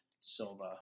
Silva